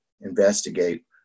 investigate